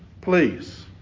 Please